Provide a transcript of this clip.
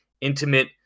intimate